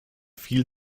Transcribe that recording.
viel